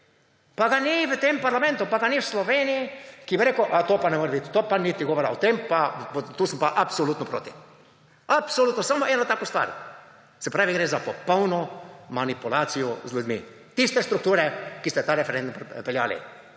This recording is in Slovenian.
Pa ga ni v tem parlamentu, pa ga ni v Sloveniji, ki bi rekel – to pa ne more biti, to pa ni govora, tu sem pa absolutno proti. Absolutno, samo eno tako stvar. Se pravi, gre za popolno manipulacijo z ljudmi. Tiste strukture, ki ste ta referendum pripeljali.